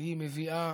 היא מביאה